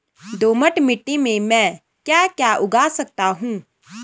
दोमट मिट्टी में म ैं क्या क्या उगा सकता हूँ?